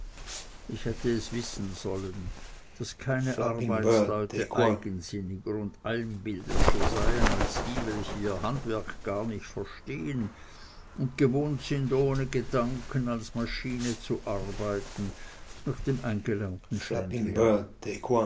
ich hätte es wissen sollen daß keine arbeitsleute eigensinniger und einbildischer seien als die welche ihr handwerk gar nicht verstehen und gewohnt sind ohne gedanken als maschine zu arbeiten nach dem eingelernten schlendrian